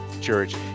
Church